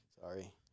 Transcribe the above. Sorry